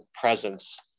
presence